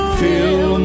fill